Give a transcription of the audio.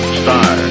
star